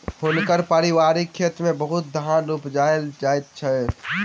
हुनकर पारिवारिक खेत में बहुत धान उपजायल जाइत अछि